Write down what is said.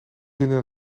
binnen